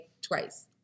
twice